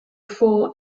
for